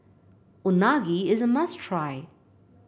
unagi is a must try